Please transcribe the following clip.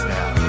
now